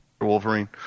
Wolverine